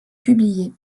publié